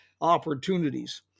opportunities